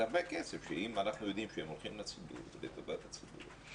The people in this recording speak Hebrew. זה הרבה כסף שאם הוא הולך לטובת הציבור.